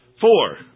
Four